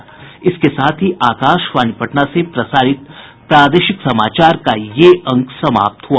इसके साथ ही आकाशवाणी पटना से प्रसारित प्रादेशिक समाचार का ये अंक समाप्त हुआ